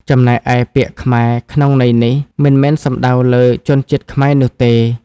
ចំណែកឯ ពាក្យ "ខ្មែរ" ក្នុងន័យនេះ មិនមែនសំដៅចំលើជនជាតិខ្មែរនោះទេ។